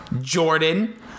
Jordan